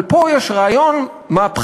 אבל פה יש רעיון מהפכני,